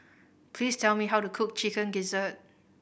please tell me how to cook Chicken Gizzard